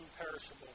imperishable